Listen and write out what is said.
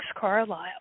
Carlisle